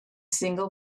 single